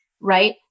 right